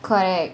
correct